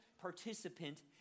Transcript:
participant